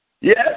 Yes